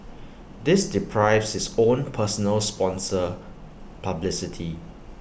this deprives his own personal sponsor publicity